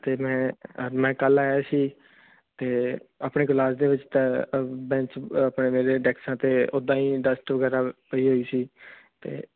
ਤੇ ਮੈਂ ਮੈਂ ਕੱਲ ਆਇਆ ਸੀ ਤੇ ਆਪਣੇ ਕਲਾਸ ਦੇ ਵਿੱਚ ਆਪਣੇ ਟੈਕਸਾਂ ਤੇ ਉਦਾਂ ਹੀ ਡਸਟ ਵਗੈਰਾ ਪਈ ਹੋਈ ਸੀ ਤੇ